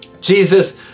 Jesus